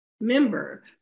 member